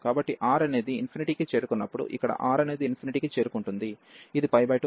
కాబట్టి R అనేది కి చేరుకున్నప్పుడు ఇక్కడ R అనేది కి చేరుకుంటుంది ఇది 2 అవుతుంది